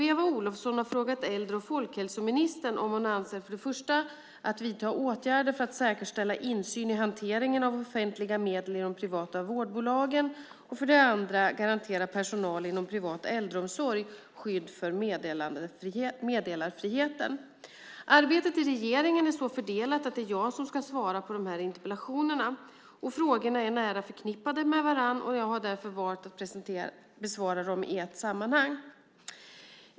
Eva Olofsson har frågat äldre och folkhälsoministern om hon avser att 1. vidta åtgärder för att säkerställa insyn i hanteringen av offentliga medel i de privata vårdbolagen och 2. garantera personal inom privat äldreomsorg skydd för meddelarfriheten. Arbetet i regeringen är så fördelat att det är jag som ska svara på dessa interpellationer. Frågorna är nära förknippade med varandra, och jag har valt att besvara dem i ett sammanhang.